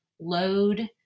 load